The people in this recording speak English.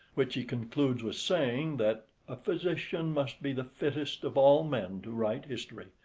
which he concludes with saying that a physician must be the fittest of all men to write history,